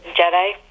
Jedi